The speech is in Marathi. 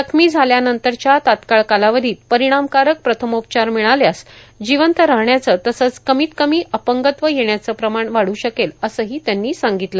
जखमी झाल्यानंतरच्या पहिल्या सोनेरी तासांमध्ये परिणामकारक प्रथमोपचार मिळाल्यास जिवंत राहण्याचे तसंच कमीत कमी अपंगत्व येण्याचं प्रमाण वाढ़ शकेल असंही त्यांनी सांगितलं